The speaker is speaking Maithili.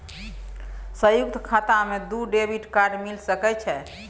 संयुक्त खाता मे दू डेबिट कार्ड मिल सके छै?